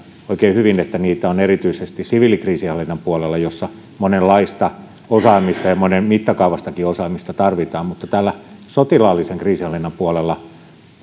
oikein hyvin että sirpalemaisia operaatioita on erityisesti siviilikriisinhallinnan puolella jossa monenlaista osaamista ja monenmittakaavaistakin osaamista tarvitaan mutta sotilaallisen kriisinhallinnan puolella